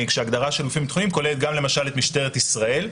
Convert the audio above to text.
הגדרתה כוללת גם למשל את משטרת ישראל.